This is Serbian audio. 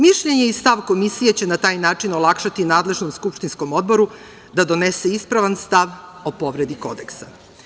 Mišljenje i stav komisije će na taj način olakšati nadležnom skupštinskom odboru da donese ispravan stav o povredi Kodeksa.